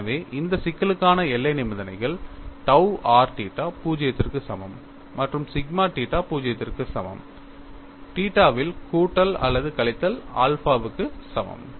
எனவே இந்த சிக்கலுக்கான எல்லை நிபந்தனைகள் tau r தீட்டா 0 க்கு சமம் மற்றும் சிக்மா தீட்டா 0 க்கு சமம் தீட்டாவில் கூட்டல் அல்லது கழித்தல் ஆல்பாவுக்கு சமம்